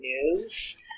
news